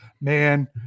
man –